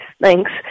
Thanks